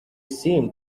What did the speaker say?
seemed